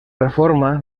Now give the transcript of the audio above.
reforma